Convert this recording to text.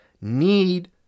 need